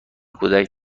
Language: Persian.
کودک